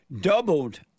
doubled